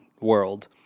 world